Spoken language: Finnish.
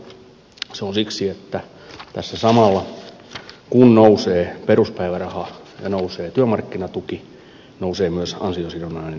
se on siksi että tässä samalla kun nousee peruspäiväraha ja nousee työmarkkinatuki nousee myös ansiosidonnainen päiväraha